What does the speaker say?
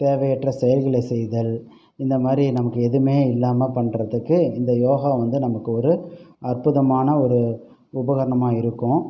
தேவையற்ற செயல்களை செய்தல் இந்த மாதிரி நமக்கு எதுவுமே இல்லாமல் பண்ணறதுக்கு இந்த யோகா வந்து நமக்கு ஒரு அற்புதமான ஒரு உபகரணமாக இருக்கும்